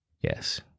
Yes